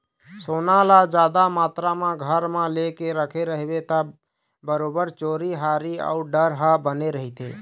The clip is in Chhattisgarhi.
सोना ल जादा मातरा म घर म लेके रखे रहिबे ता बरोबर चोरी हारी अउ डर ह बने रहिथे